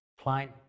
Client